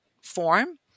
form